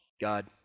God